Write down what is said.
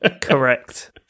correct